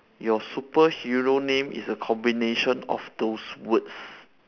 your superhero name is a combination of those words